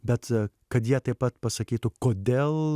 bet kad jie taip pat pasakytų kodėl